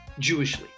Jewishly